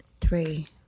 Three